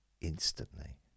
Instantly